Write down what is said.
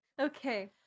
okay